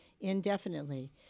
indefinitely